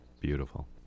Beautiful